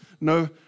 no